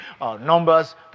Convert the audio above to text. numbers